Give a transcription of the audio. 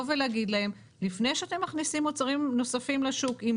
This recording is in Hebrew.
ולהגיד להם 'לפני שאתם מכניסים מוצרים נוספים לשוק עם